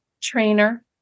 trainer